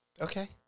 Okay